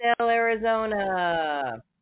Arizona